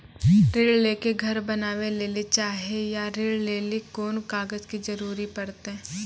ऋण ले के घर बनावे लेली चाहे या ऋण लेली कोन कागज के जरूरी परतै?